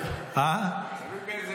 זה כבר לא משנה.